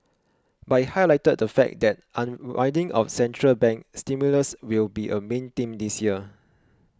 but it highlighted the fact that unwinding of central bank stimulus will be a main theme this year